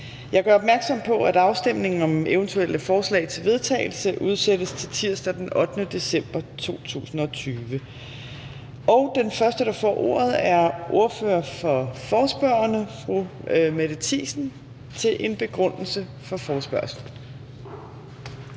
Jeg gør opmærksom på, at afstemningen om eventuelle forslag til vedtagelse udsættes til tirsdag den 8. december, 2020. Den første, der får ordet, er ordfører for forespørgerne, fru Mette Thiesen, til en begrundelse for forespørgslen.